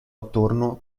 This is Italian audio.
attorno